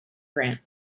grant